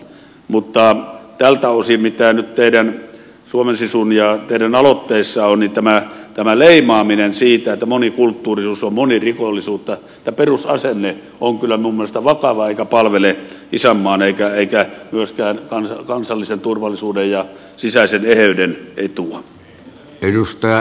mutta tältä osin mitä nyt suomen sisun ja teidän aloitteessanne on tämä leimaaminen että monikulttuurisuus on monirikollisuutta tämä perusasenne on kyllä minun mielestäni vakava eikä palvele isänmaan eikä myöskään kansallisen turvallisuuden ja sisäisen eheyden etua